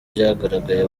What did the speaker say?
byagaragaye